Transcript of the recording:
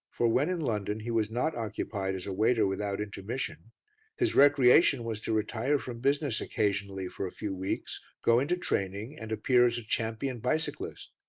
for when in london he was not occupied as a waiter without intermission his recreation was to retire from business occasionally for a few weeks, go into training and appear as a champion bicyclist.